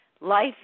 Life